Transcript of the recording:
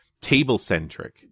table-centric